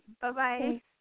Bye-bye